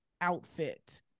outfit